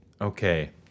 Okay